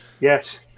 Yes